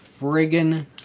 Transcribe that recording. friggin